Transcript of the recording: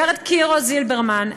ורד קירו-זילברמן,